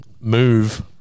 move